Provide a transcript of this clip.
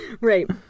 right